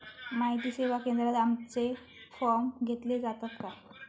माहिती सेवा केंद्रात आमचे फॉर्म घेतले जातात काय?